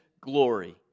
glory